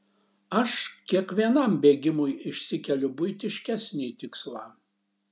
aš kiekvienam bėgimui išsikeliu buitiškesnį tikslą